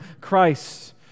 Christ